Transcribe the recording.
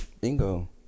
Bingo